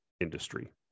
industry